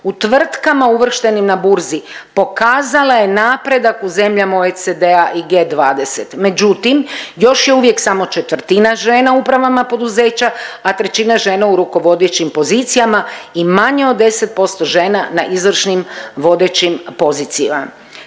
u tvrtkama uvrštenim na burzi pokazala je napredak u zemljama OECD-a i G20, međutim još je uvijek samo četvrtina žena u upravama poduzeća, a trećina žena u rukovodećim pozicijama i manje od 10% žena na izvršnim vodećim pozicijama.